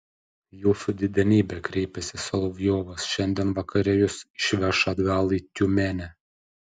jūsų didenybe kreipėsi solovjovas šiandien vakare jus išveš atgal į tiumenę